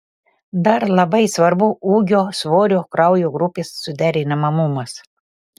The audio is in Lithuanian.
dar labai svarbu ūgio svorio kraujo grupės suderinamumas